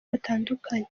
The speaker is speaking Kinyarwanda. batandukanye